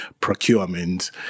procurement